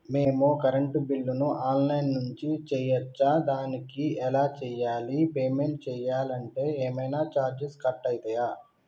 మేము కరెంటు బిల్లును online నుంచి చేయచ్చా? దానికి ఎలా చేయాలి? పేమెంట్ చేయాలంటే ఏమైనా చార్జెస్ కట్ అయితయా?